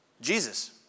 Jesus